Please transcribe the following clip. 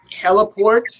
heliport